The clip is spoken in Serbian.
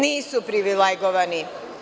Nisu privilegovani.